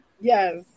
Yes